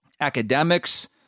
academics